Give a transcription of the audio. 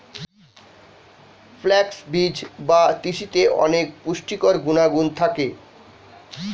flax বীজ বা তিসিতে অনেক পুষ্টিকর গুণাগুণ থাকে